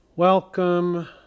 Welcome